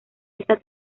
esta